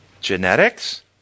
Genetics